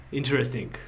interesting